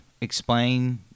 explain